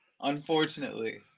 Unfortunately